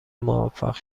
موفق